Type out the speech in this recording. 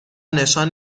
نشان